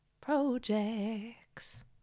projects